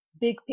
big